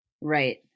Right